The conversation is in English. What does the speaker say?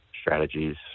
strategies